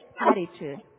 attitude